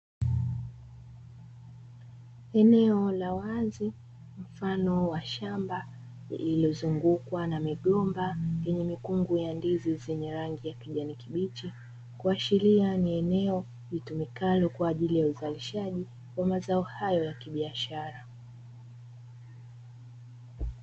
Eneo la wazi mfano wa shamba lililozungukwa na migomba yenye mikungu ya ndizi zenye rangi ya kijani kibichi, kuashiria ni eneo litumikalo kwa ajili ya uzalishaji wa mazao hayo ya kibiashara.